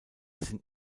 sind